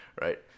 Right